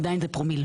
עדיין זה פרומיל,